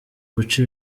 guca